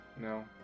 No